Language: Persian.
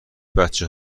بچه